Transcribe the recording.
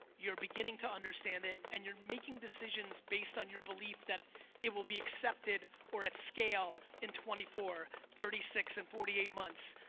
you're beginning to understand it and you're making decisions based on your belief that it will be accepted or at scale in twenty four, thirty six and forty eight months.